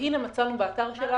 שכתובה אצלם?